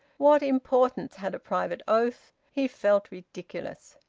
what importance had a private oath? he felt ridiculous.